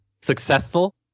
successful